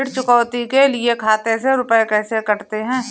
ऋण चुकौती के लिए खाते से रुपये कैसे कटते हैं?